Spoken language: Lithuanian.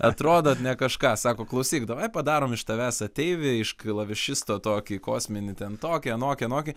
atrodot ne kažką sako klausyk davai padarom iš tavęs ateivi iš klavišisto tokį kosminį ten tokį anokį anokį